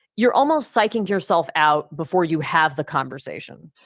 you're almost psyching yourself out before you have the conversation,